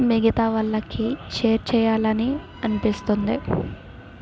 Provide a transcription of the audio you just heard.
మిగతా వాళ్ళకి షేర్ చేయాలని అనిపిస్తుంది